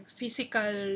physical